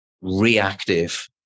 reactive